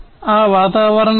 ఆ వాతావరణాలు